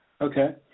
Okay